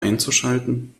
einzuschalten